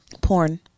Porn